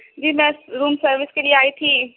جی میں room service کے لیے آئی تھی